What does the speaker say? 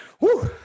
Woo